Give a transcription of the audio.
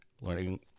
learning